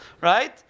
right